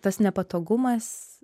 tas nepatogumas